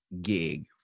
gig